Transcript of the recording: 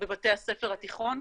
גם בבתי הספר התיכון,